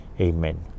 amen